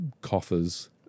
coffers